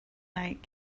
night